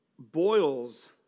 Boils